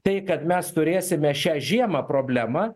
tai kad mes turėsime šią žiemą problemą